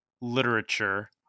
literature